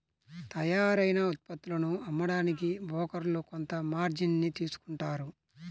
తయ్యారైన ఉత్పత్తులను అమ్మడానికి బోకర్లు కొంత మార్జిన్ ని తీసుకుంటారు